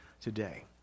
today